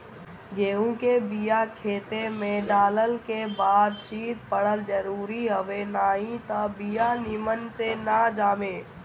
गेंहू के बिया खेते में डालल के बाद शीत पड़ल जरुरी हवे नाही त बिया निमन से ना जामे